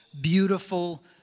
beautiful